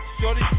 Shorty